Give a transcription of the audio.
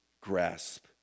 grasp